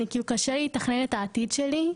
אני קשה לי לתכנן את העתיד שלי,